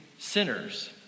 Sinners